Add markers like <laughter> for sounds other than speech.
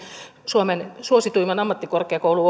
suomen suosituimmista ammattikorkeakoulu <unintelligible>